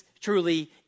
truly